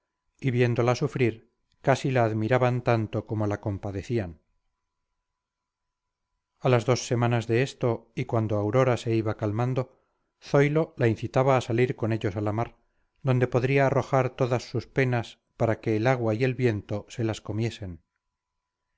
viéndola sufrir casi la admiraban tanto como la compadecían a las dos semanas de esto y cuando aurora se iba calmando zoilo la incitaba a salir con ellos a la mar donde podría arrojar todas sus penas para que el agua y el viento se las comiesen